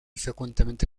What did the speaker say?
frecuentemente